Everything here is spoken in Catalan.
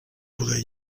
poder